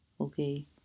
okay